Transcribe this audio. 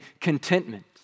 contentment